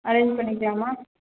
arrange பண்ணிக்கலாமா